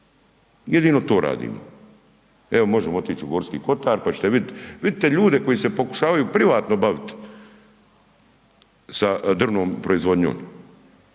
jedino to radimo. Evo možemo otić u Gorski kotar, pa ćete vidit, vidite ljude koji se pokušavaju privatno bavit sa drvnom proizvodnjom,